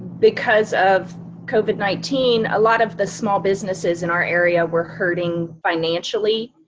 because of covid nineteen, a lot of the small businesses in our area were hurting financially.